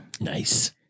Nice